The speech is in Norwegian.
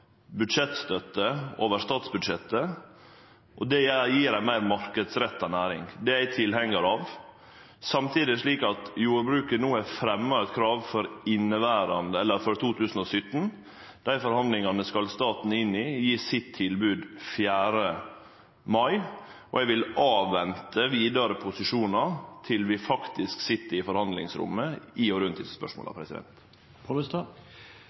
budsjettstøtte over statsbudsjettet, og det gjev ei meir marknadsretta næring. Det er eg tilhengjar av. Samtidig er det slik at jordbruket no har fremja eit krav for 2017. Dei forhandlingane skal staten inn i, staten skal gje sitt tilbod 4. mai. Eg vil vente med omsyn til vidare posisjonar til vi faktisk sit i forhandlingsrommet